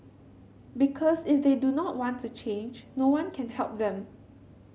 because if they do not want to change no one can help them